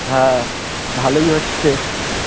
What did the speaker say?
হ্যাঁ ভালোই হচ্ছে